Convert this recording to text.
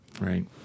Right